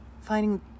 finding